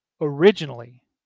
Originally